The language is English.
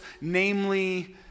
namely